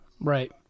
Right